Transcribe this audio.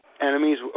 enemies